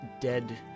dead